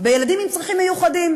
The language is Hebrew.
בילדים עם צרכים מיוחדים.